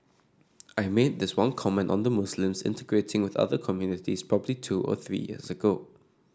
I made this one comment on the Muslims integrating with other communities probably two or three years ago